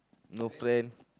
no plan